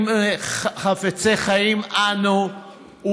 אם חפצי חיים אנו,